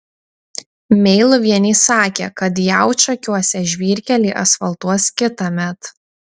meiluvienei sakė kad jaučakiuose žvyrkelį asfaltuos kitąmet